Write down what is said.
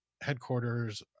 headquarters